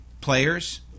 players